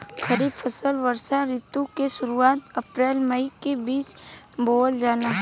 खरीफ फसल वषोॅ ऋतु के शुरुआत, अपृल मई के बीच में बोवल जाला